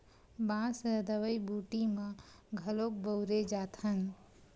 बांस ल दवई बूटी म घलोक बउरे जाथन